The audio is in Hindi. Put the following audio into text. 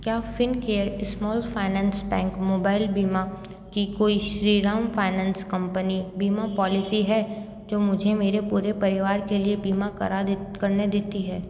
क्या Fincare small finance bank mobile बीमा की कोई श्रीराम फ़ाइनैन्स कंपनी बीमा पॉलिसी है जो मुझे मेरे पूरे परिवार के लिए बीमा करा देत करने देती है